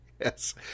Yes